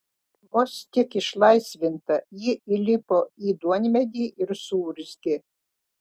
vos tik išlaisvinta ji įlipo į duonmedį ir suurzgė